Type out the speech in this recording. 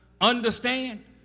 understand